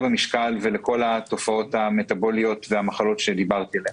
במשקל ולכל התופעות המטבוליות והמחלות שדיברתי עליהן.